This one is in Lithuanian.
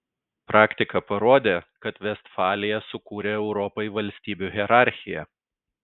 praktika parodė kad vestfalija sukūrė europai valstybių hierarchiją